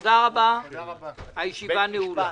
הישיבה נעולה.